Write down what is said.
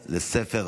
כן,